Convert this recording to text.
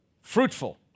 fruitful